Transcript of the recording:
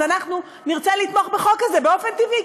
אז אנחנו נרצה לתמוך בחוק הזה באופן טבעי,